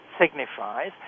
signifies